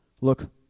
look